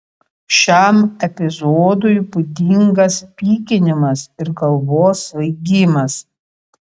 šiam epizodui būdingas pykinimas ir galvos svaigimas